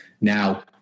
Now